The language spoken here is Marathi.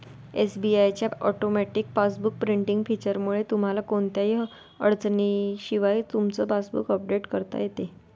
एस.बी.आय च्या ऑटोमॅटिक पासबुक प्रिंटिंग फीचरमुळे तुम्हाला कोणत्याही अडचणीशिवाय तुमचं पासबुक अपडेट करता येतं